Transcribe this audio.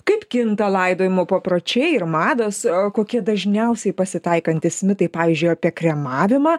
kaip kinta laidojimo papročiai ir mados o kokie dažniausiai pasitaikantys mitai pavyzdžiui apie kremavimą